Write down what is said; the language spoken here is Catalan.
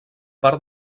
part